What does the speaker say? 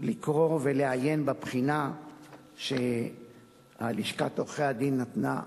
לקרוא ולעיין בבחינה שלשכת עורכי-הדין נתנה.